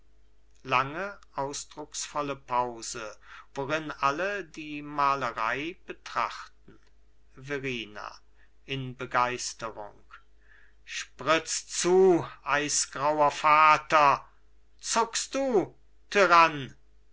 lange ausdrucksvolle pause worin alle die malerei betrachten verrina in begeisterung sprütz zu eisgrauer vater zuckst du tyrann